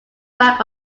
back